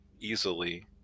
easily